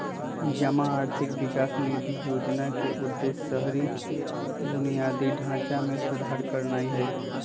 जमा आर्थिक विकास निधि जोजना के उद्देश्य शहरी बुनियादी ढचा में सुधार करनाइ हइ